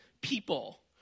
people